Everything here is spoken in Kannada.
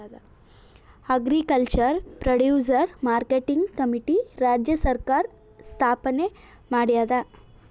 ಅಗ್ರಿಕಲ್ಚರ್ ಪ್ರೊಡ್ಯೂಸರ್ ಮಾರ್ಕೆಟಿಂಗ್ ಕಮಿಟಿ ರಾಜ್ಯ ಸರ್ಕಾರ್ ಸ್ಥಾಪನೆ ಮಾಡ್ಯಾದ